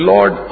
Lord